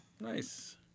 nice